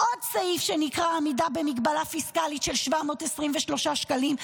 עוד סעיף שנקרא "עמידה במגבלה פיסקלית" של 723 מיליון שקלים,